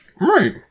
Right